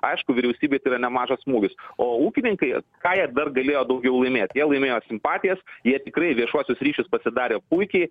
aišku vyriausybei tai yra nemažas smūgis o ūkininkai ką jie dar galėjo daugiau laimėt jie laimėjo simpatijas jie tikrai viešuosius ryšius pasidarė puikiai